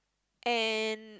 and